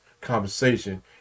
conversation